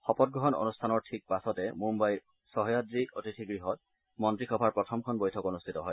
শপতগ্ৰহণ অনুষ্ঠানৰ ঠিক পাছতে মুম্বাইৰ সহয়াদ্ৰী অতিথিগ্ৰহত মন্ত্ৰীসভাৰ প্ৰথমখন বৈঠক অনুষ্ঠিত হয়